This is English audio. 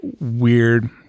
weird